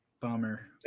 Bummer